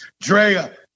Drea